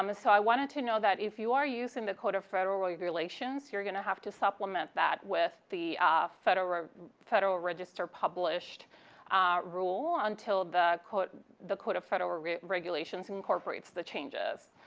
um so i wanted to know that if you are using the code of federal regulations, you're going to have to supplement that with the federal federal register published rule until the code the code of federal regulations incorporates the changes.